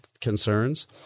concerns